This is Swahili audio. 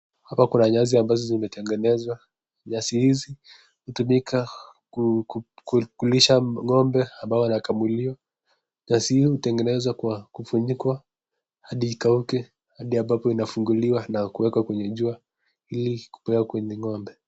Hapa kuna nyasi ambazo zimetengenzwa nyasi hizi hutumika kulisha ngombe ambayo wanakamuliwa nyasi huu utengenezwa kwa kufunikwa hadi ikauke hadi ambapo inafunguliwa na kuekwa kwenye jua ili kupewa kwenye ngombe.